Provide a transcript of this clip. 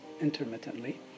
intermittently